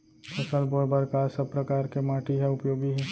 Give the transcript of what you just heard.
फसल बोए बर का सब परकार के माटी हा उपयोगी हे?